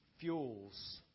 fuels